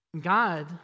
God